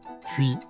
puis